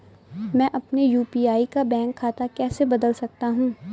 मैं अपने यू.पी.आई का बैंक खाता कैसे बदल सकता हूँ?